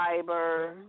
fiber